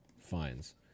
fines